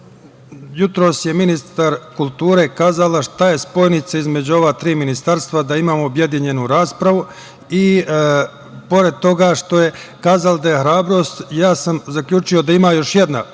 je ministar kulture kazala šta je spojnica između ova tri ministarstva – da imamo objedinjenu raspravu. Pored toga što je kazala da je hrabrost, ja sam zaključio da ima još jedna